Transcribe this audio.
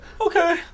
Okay